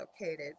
located